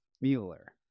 Mueller